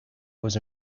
was